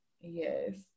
yes